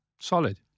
Solid